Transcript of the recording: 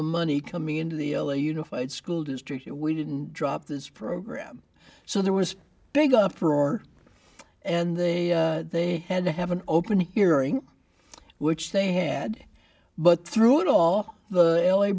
the money coming into the l a unified school district we didn't drop this program so there was a big uproar and they they had to have an open hearing which they had but through it all the